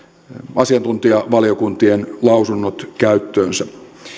asiantuntijavaliokuntien lausunnot käyttöönsä